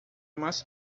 mais